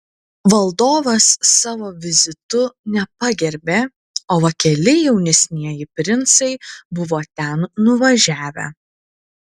valdovas savo vizitu nepagerbė o va keli jaunesnieji princai buvo ten nuvažiavę